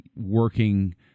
working